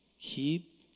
keep